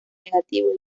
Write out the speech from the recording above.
negativo